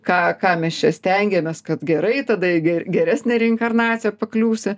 ką kam mes čia stengiamės kad gerai tada į geresnę reinjarnaciją pakliūsi